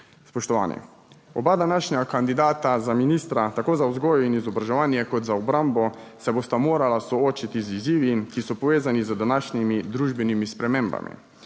Spoštovani oba današnja kandidata za ministra, tako za vzgojo in izobraževanje kot za obrambo, se bosta morala soočiti z izzivi, ki so povezani z današnjimi družbenimi spremembami.